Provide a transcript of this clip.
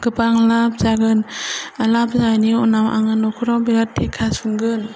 गोबां लाभ जागोन लाभ जानायनि उनाव आङो नखराव बिराद टेखा सुंगोन